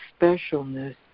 specialness